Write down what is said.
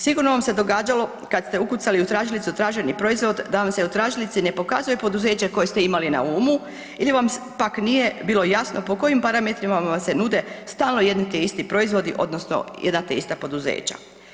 Sigurno vam se događalo kad ste ukucali u tražilici traženi proizvod, da vam se u tražilici ne pokazuje poduzeće koje ste imali na umu ili vam pak nije bilo jasno po kojim parametrima vam se nude stalno jedni te isto proizvodi odnosno jedna te ista poduzeća.